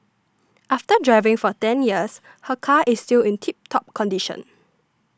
after driving for ten years her car is still in tip top condition